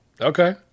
Okay